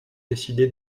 décidé